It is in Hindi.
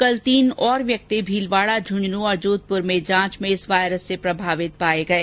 कल तीन और व्यक्ति भीलवाड़ा झंझनू और जोधपुर में जांच में इस वायरस से प्रभावित पाये गये